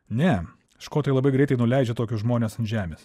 ne škotai labai greitai nuleidžia tokius žmones ant žemės